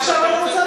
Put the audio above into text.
ואני בדרך כלל, בעד.